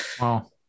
wow